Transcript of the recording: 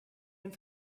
den